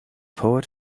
poet